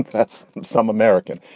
that's some american.